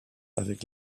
avec